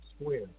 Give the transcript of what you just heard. square